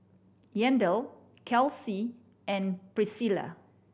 Yandel Kelsi and Pricilla